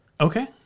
Okay